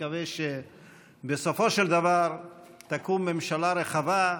מקווה שבסופו של דבר תקום ממשלה רחבה,